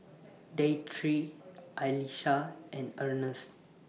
Deidre Allyssa and Earnest